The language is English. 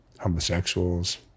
Homosexuals